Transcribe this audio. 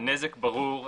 הנזק ברור,